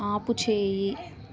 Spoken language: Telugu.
ఆపుచేయి